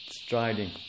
striding